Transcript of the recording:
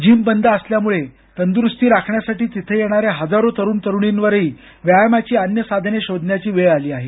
gym बंद असल्यानं तंदुरूस्ती राखण्यासाठी तिथं येणाऱ्या हजारो तरुण तरुणींवरही व्यायामाची अन्य साधने शोधण्याची वेळ आली आहे